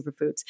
superfoods